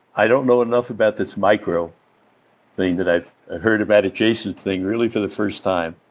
i don't know enough about this micro thing that i've heard about adjacent thing really for the first time.